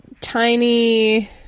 tiny